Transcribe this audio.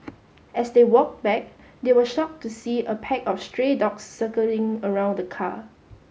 as they walked back they were shocked to see a pack of stray dogs circling around the car